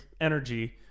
energy